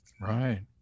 right